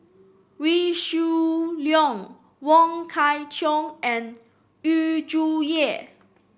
Wee Shoo Leong Wong Kwei Cheong and Yu Zhuye